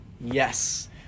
Yes